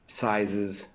sizes